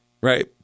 right